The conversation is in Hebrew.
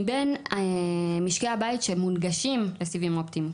מבין משקי הבית שמונגשים לסיבים אופטיים,